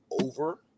over